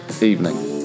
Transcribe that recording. evening